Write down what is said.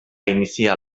iniciar